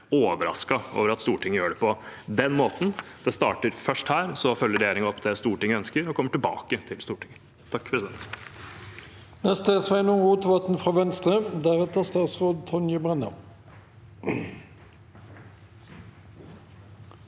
overrasket over at Stortinget gjør det på den måten. Det starter først her. Så følger regjeringen opp det Stortinget ønsker, og kommer tilbake til Stortinget.